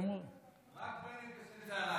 רק בנט ישן צוהריים.